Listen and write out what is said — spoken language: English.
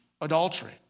adultery